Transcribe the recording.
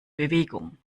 bewegung